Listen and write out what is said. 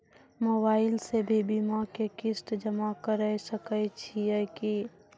Mobile से भी बीमा के किस्त जमा करै सकैय छियै कि?